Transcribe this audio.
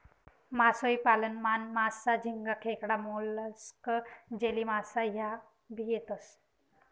मासोई पालन मान, मासा, झिंगा, खेकडा, मोलस्क, जेलीमासा ह्या भी येतेस